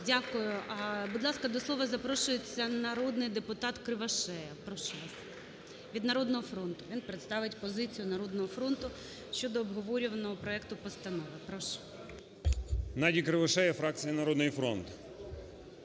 Дякую. Будь ласка, до слова запрошується народний депутат Кривошея. Прошу вас. Від "Народного фронту", він представить позицію "Народного фронту" щодо обговорюваного проекту постанови. Прошу. 11:02:07 КРИВОШЕЯ Г.Г. Геннадій Кривошея, фракція "Народний фронт".